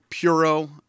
Puro